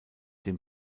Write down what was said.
dem